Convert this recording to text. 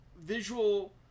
visual